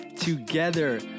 Together